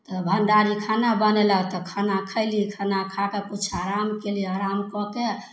तऽ भण्डारी खाना बनेलक तऽ खाना खएली खाना खाकऽ किछु आराम कएली आराम कऽके